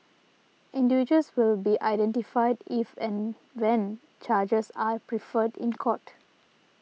individuals will be identified if and when charges are preferred in court